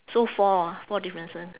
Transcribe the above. so four ah four differences